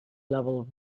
level